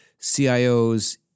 CIOs